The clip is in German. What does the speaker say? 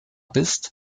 bist